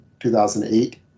2008